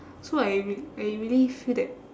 so I re~ I really feel that